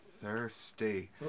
thirsty